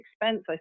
expense